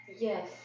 Yes